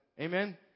Amen